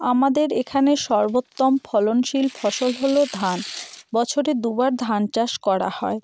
আমাদের এখানে সর্বোত্তম ফলনশীল ফসল হলো ধান বছরে দুবার ধান চাষ করা হয়